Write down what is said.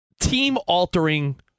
team-altering